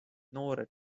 noored